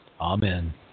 amen